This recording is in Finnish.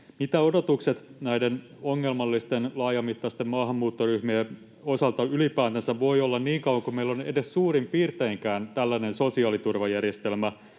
mitä odotukset näiden ongelmallisten laajamittaisten maahanmuuttoryhmien osalta ylipäätänsä voivat olla niin kauan kuin meillä on edes suurin piirteinkään tällainen sosiaaliturvajärjestelmä